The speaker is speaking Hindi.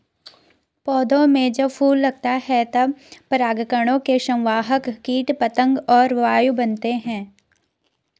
पौधों में जब फूल लगता है तब परागकणों के संवाहक कीट पतंग और वायु बनते हैं